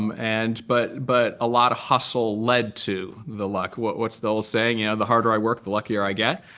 um and but but a lot of hustle led to the luck. what's the old saying? yeah the harder i work, the luckier i get.